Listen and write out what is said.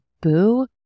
boo